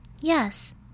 yes